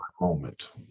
moment